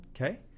Okay